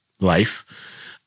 life